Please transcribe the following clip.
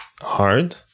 hard